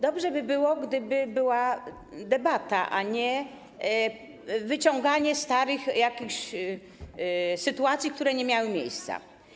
Dobrze by było, gdyby była debata, a nie wyciąganie jakichś starych sytuacji, które nie miały miejsca.